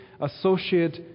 associate